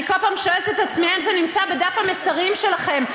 אני כל פעם שואלת את עצמי אם זה נמצא בדף המסרים שלכם,